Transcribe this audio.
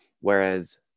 whereas